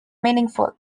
meaningful